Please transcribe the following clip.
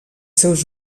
seus